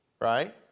right